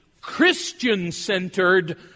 Christian-centered